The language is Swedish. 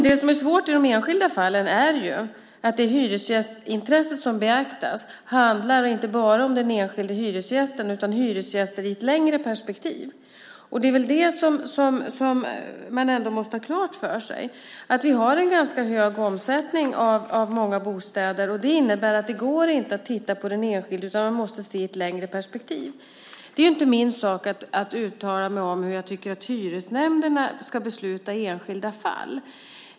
Det som är svårt i de enskilda fallen är ju att det hyresgästintresse som beaktas inte enbart handlar om den enskilde hyresgästen utan om hyresgäster i ett längre perspektiv. Man måste väl ändå ha klart för sig att vi har en ganska hög omsättning av många bostäder. Det innebär att det inte går att titta på den enskilde utan man måste se i ett längre perspektiv. Det är inte min sak att uttala mig om hur jag tycker att hyresnämnderna ska besluta i enskilda fall.